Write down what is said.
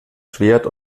schwert